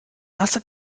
nasse